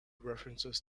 references